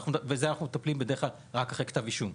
-- ובזה אנחנו מטפלים בדרך כלל רק אחרי שהוגש כתב אישום.